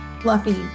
fluffy